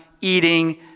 eating